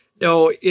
No